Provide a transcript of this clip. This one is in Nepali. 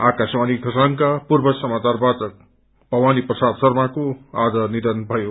आकाशवाणी खरसाङका पूर्व समाचार वाचक भवानी प्रसाद शर्माको आज निथन भयो